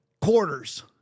quarters